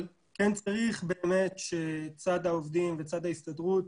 אבל כן צריך באמת שצד העובדים וצד ההסתדרות